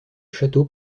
château